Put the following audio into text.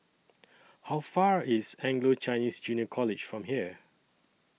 How Far IS Anglo Chinese Junior College from here